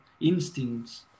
instincts